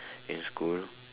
in school